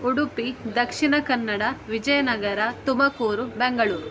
Udupi Dakshina Kannada Vijayanagara Tumakuru Bengaluru